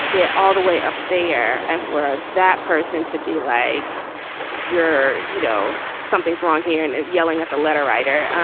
get all the way up there. and for that person to be like your you know something's wrong here and and yelling at the letter writer.